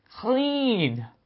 clean